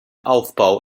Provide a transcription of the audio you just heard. aufbau